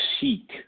seek